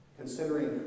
considering